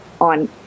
on